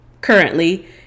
currently